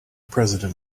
president